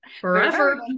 forever